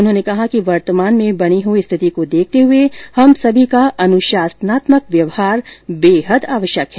उन्होंने कहा कि वर्तमान में बनी हई स्थिति को देखते हए हम सभी का अनुशासनात्मक व्यवहार बेहद आवश्यक है